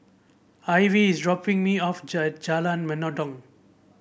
Ivie is dropping me off Jalan Mendong